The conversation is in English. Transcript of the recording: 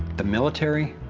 the military,